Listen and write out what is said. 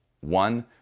one